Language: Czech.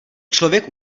člověk